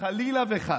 שחלילה וחס,